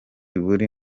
buri